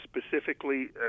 specifically